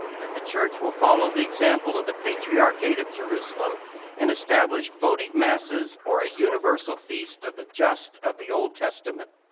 that the church will follow the example of the patriarchate of jerusalem and establish voting masses or a universal feast of the just of the old testament.